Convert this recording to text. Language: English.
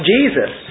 Jesus